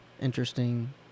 interesting